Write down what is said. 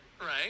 right